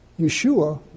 Yeshua